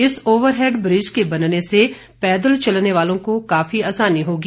इस overhead bridge के बनने से पैदल चलने वालों को काफी आसानी होगी